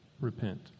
repent